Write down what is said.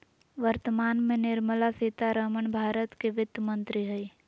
वर्तमान में निर्मला सीतारमण भारत के वित्त मंत्री हइ